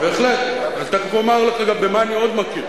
בהחלט, ותיכף אומר לך במה אני עוד מכיר.